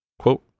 quote